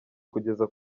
kugeza